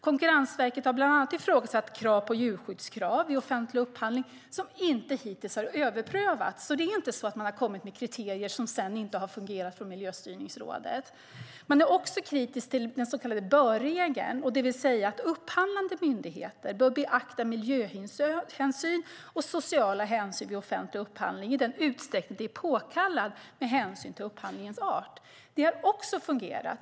Konkurrensverket har bland annat ifrågasatt djurskyddskrav vid offentlig upphandling, vilket hittills inte har överprövats. Det är alltså inte så att Miljöstyrningsrådet har kommit med kriterier som sedan inte har fungerat. Konkurrensverket är också kritisk till den så kallade bör-regeln, det vill säga att upphandlande myndigheter bör beakta miljöhänsyn och sociala hänsyn vid offentlig upphandling i den utsträckning det är påkallat med hänsyn till upphandlingens art. Det har också fungerat.